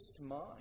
mind